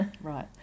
Right